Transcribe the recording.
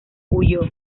huyó